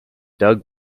doug